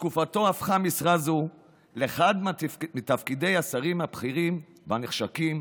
בתקופתו הפכה משרה זו לאחד מתפקידי השרים הבכירים והנחשקים,